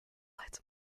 lights